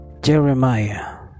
Jeremiah